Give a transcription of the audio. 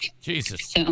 Jesus